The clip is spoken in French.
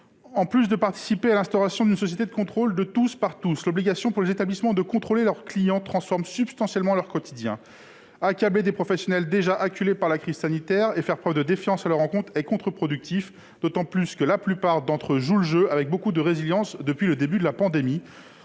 conduit à participer à l'instauration d'une société de contrôle de tous par tous, mais elle transforme substantiellement leur quotidien. Accabler des professionnels déjà acculés par la crise sanitaire et faire preuve de défiance à leur encontre est contre-productif, d'autant que la plupart d'entre eux jouent le jeu avec beaucoup de résilience depuis le début de la pandémie.